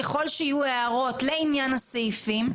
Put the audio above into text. ככל שיהיו הערות לעניין הסעיפים,